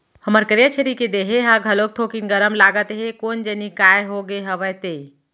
हमर करिया छेरी के देहे ह घलोक थोकिन गरम लागत हे कोन जनी काय होगे हवय ते?